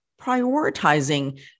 prioritizing